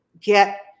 get